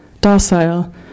docile